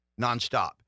nonstop